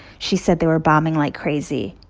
she said they were bombing like crazy.